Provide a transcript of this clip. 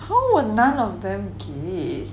how were none of them gay